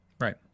right